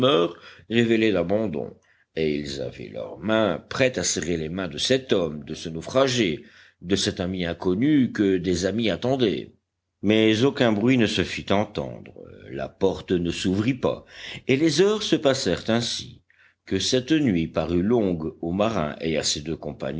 révélait d'abandon et ils avaient leurs mains prêtes à serrer les mains de cet homme de ce naufragé de cet ami inconnu que des amis attendaient mais aucun bruit ne se fit entendre la porte ne s'ouvrit pas et les heures se passèrent ainsi que cette nuit parut longue au marin et à ses deux